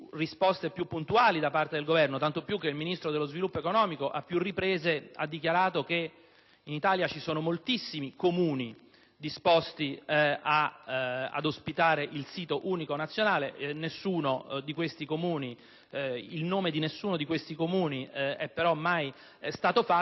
risposte più puntuali da parte del Governo, tanto più che il Ministro dello sviluppo economico ha a più riprese dichiarato che in Italia ci sono moltissimi Comuni disposti ad ospitare il sito unico nazionale (anche se il nome di nessuno di questi è stato mai fatto).